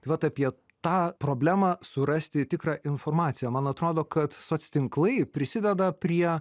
vat apie tą problemą surasti tikrą informaciją man atrodo kad soc tinklai prisideda prie